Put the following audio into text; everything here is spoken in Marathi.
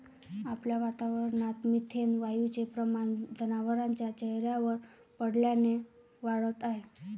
आपल्या वातावरणात मिथेन वायूचे प्रमाण जनावरांच्या चाऱ्यावर पडल्याने वाढत आहे